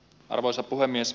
arvoisa puhemies